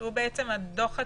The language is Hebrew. שהוא בעצם דוח הצללים,